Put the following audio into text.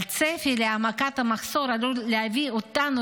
אבל הצפי להעמקת המחסור עלול להביא אותנו